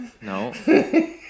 No